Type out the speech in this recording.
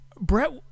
Brett